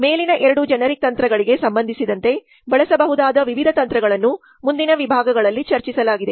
ಮೇಲಿನ ಎರಡು ಜೆನೆರಿಕ್ ತಂತ್ರಗಳಿಗೆ ಸಂಬಂಧಿಸಿದಂತೆ ಬಳಸಬಹುದಾದ ವಿವಿಧ ತಂತ್ರಗಳನ್ನು ಮುಂದಿನ ವಿಭಾಗಗಳಲ್ಲಿ ಚರ್ಚಿಸಲಾಗಿದೆ